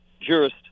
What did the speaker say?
jurist